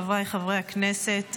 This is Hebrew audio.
חבריי חברי הכנסת,